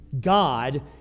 God